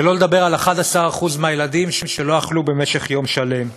שלא לדבר על 11% מהילדים שלא אכלו במשך יום שלם.